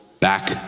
back